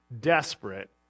desperate